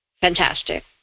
fantastic